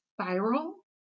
spiral